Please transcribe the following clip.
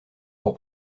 pour